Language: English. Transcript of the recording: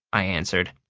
i answered.